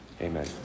Amen